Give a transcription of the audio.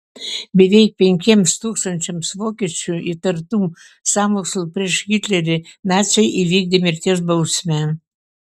beveik penkiems tūkstančiams vokiečių įtartų sąmokslu prieš hitlerį naciai įvykdė mirties bausmę